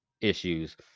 issues